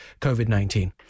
COVID-19